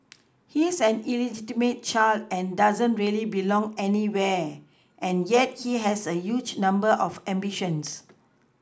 he's an illegitimate child and doesn't really belong anywhere and yet he has a huge number of ambition